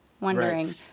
wondering